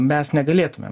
mes negalėtumėm